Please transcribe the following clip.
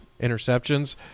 interceptions